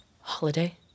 Holiday